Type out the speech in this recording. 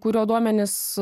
kurio duomenys